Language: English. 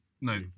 No